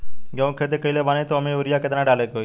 गेहूं के खेती कइले बानी त वो में युरिया केतना डाले के होई?